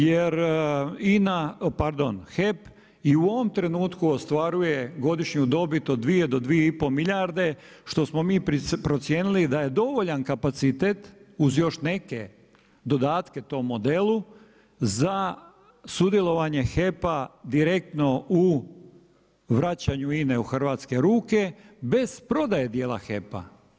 Jer INA, pardon HEP i u ovom trenutku ostvaruje godišnju dobit od 2 do 2 i pol milijarde što smo mi procijenili da je dovoljan kapacitet uz još neke dodatke tom modelu za sudjelovanje HEP-a direktno u vraćanju INA-e u hrvatske ruke bez prodaje dijela HEP-a.